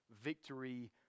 victory